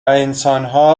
انسانها